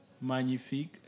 Magnifique